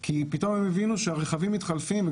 כי פתאום הבינו שהרכבים מתחלפים.